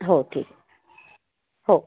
हो ठीक हो